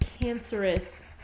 cancerous